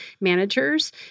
managers